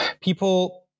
people